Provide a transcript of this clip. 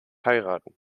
heiraten